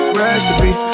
recipe